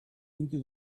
into